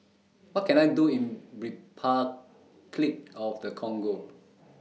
What Can I Do in Repuclic of The Congo